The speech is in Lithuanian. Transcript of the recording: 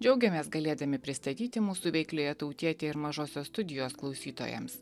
džiaugiamės galėdami pristatyti mūsų veikliąją tautietę ir mažosios studijos klausytojams